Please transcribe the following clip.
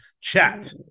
Chat